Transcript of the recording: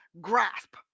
grasp